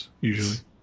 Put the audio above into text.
usually